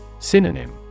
Synonym